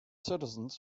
citizens